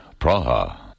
Praha